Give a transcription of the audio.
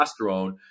testosterone